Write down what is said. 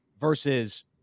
versus